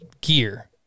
gear